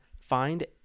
find